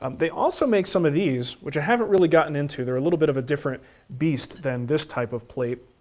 um they also make some of these, which i haven't really gotten into. they're a little bit of a different beast than this type of plate.